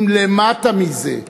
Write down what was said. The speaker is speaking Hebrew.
אם לא למטה מזה,